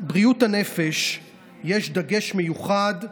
בבריאות הנפש יש דגש מיוחד,